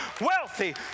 wealthy